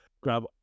grab